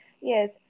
Yes